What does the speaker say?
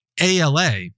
ALA